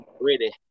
Ready